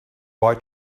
boy